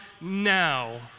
now